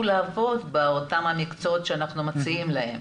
לעבוד באותם המקצועות שאנחנו מציעים להם.